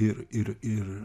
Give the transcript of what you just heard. ir ir ir